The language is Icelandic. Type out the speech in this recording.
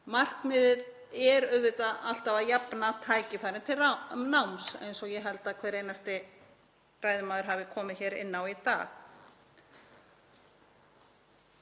Markmiðið er auðvitað alltaf að jafna tækifæri til náms eins og ég held að hver einasti ræðumaður hafi komið inn á í dag.